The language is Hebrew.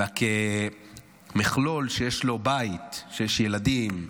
אלא כמכלול שיש לו בית, שיש ילדים,